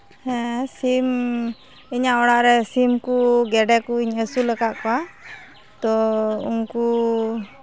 ᱦᱮᱸ ᱥᱤᱢ ᱤᱧᱟᱹᱜ ᱚᱲᱟᱜ ᱨᱮ ᱥᱤᱢ ᱠᱚ ᱜᱮᱰᱮ ᱠᱩᱧ ᱟᱹᱥᱩᱞᱟᱠᱟᱫ ᱠᱚᱣᱟ ᱛᱚ ᱩᱱᱠᱩ